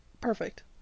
perfect